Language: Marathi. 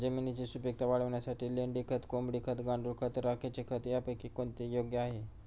जमिनीची सुपिकता वाढवण्यासाठी लेंडी खत, कोंबडी खत, गांडूळ खत, राखेचे खत यापैकी कोणते योग्य आहे?